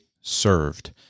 served